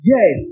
Yes